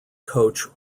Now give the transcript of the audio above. coach